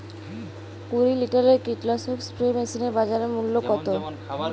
কুরি লিটারের কীটনাশক স্প্রে মেশিনের বাজার মূল্য কতো?